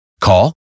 Call